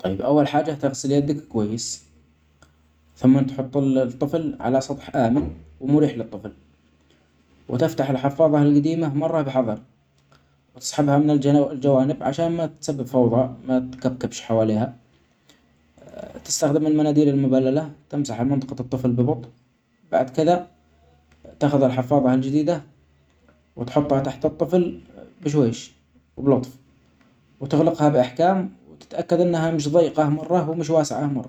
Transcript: طيب أول حاجه تغسل يدك كويس ثم تحط ال-الطفل علي سطح آمن ومريح للطفل وتفتح الحفاظه القديمه مره بحذر .وتسحبها من الجو- الجوانب عشان ما تسبب فوضي ما تكركبش حواليها وتستخدم المناديل المبلله تمسح منطقة الطفل ببطء بعد كدة تاخذ الحفاظه الجديدة ،وتحطها تحت الطفل بشويش وبلطف وتغلقها بإحكام وتتأكد أنها مش ضيقة مرة ومش واسعة مرة.